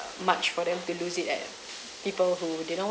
uh much for them to lose it at people who they don't